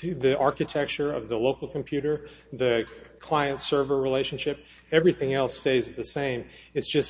view the architecture of the local computer the client server relationship everything else stays the same it's just